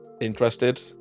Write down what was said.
interested